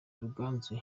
ruganzu